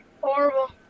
Horrible